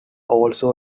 also